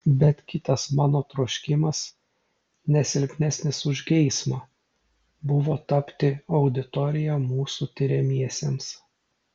bet kitas mano troškimas ne silpnesnis už geismą buvo tapti auditorija mūsų tiriamiesiems